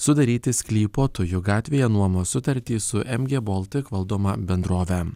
sudaryti sklypo tujų gatvėje nuomos sutartį su mg baltic valdoma bendrove